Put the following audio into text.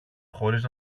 χωρίς